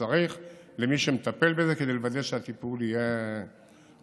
שצריך למי שמטפל בזה כדי לוודא שהטיפול יהיה הולם.